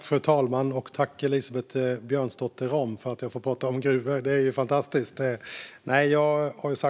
Fru talman! Jag tackar Elisabeth Björnsdotter Rahm för att jag får prata om gruvor. Det är fantastiskt!